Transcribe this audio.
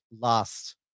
last